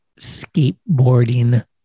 skateboarding